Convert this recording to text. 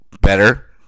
Better